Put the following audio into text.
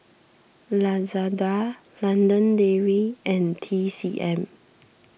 Lazada London Dairy and T C M